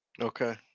Okay